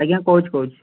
ଆଜ୍ଞା କହୁଛି କହୁଛି